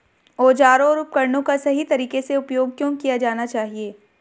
औजारों और उपकरणों का सही तरीके से उपयोग क्यों किया जाना चाहिए?